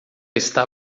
está